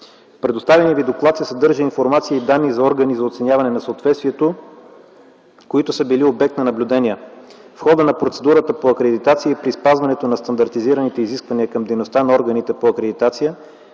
предоставения Ви доклад се съдържа информация и данни за органи за оценяване на съответствието, които са били обект на наблюдение. В хода на процедурата по акредитация и при спазването на стандартизираните изисквания към дейността на органите по акредитация